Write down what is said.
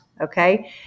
okay